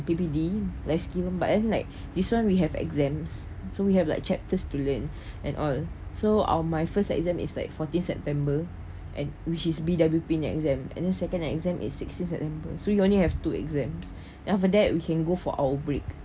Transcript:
P_P_D life skill but then like this one we have exams so we have like chapters to learn and all so our my first exam is like fourteen september and which is B_W_P exam and then second exam is sixteen september so you only have two exams then after that we can go for our break